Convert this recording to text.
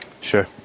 Sure